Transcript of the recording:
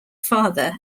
father